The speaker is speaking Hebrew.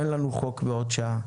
אין לנו חוק בעוד שעה.